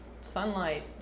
sunlight